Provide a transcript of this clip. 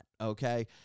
Okay